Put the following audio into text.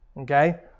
Okay